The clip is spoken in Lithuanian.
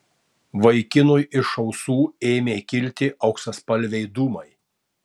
vaikinui iš ausų ėmė kilti auksaspalviai dūmai